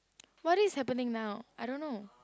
what is happening now I don't know